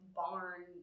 barn